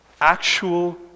actual